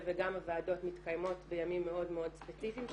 וגם הוועדות מתקיימות בימים מאוד מאוד ספציפיים שזה,